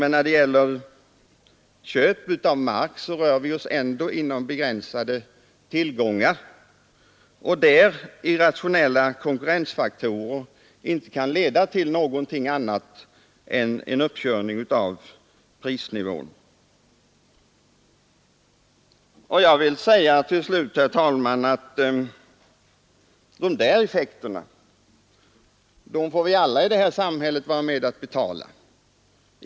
När det gäller köp av mark rör vi oss ändå med begränsade tillgångar, och irrationella konkurrensfaktorer kan inte leda till annat än en höjning av prisnivån. De effekterna får vi alla i samhället vara med och betala.